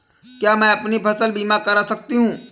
क्या मैं अपनी फसल बीमा करा सकती हूँ?